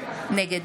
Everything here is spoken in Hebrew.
נגד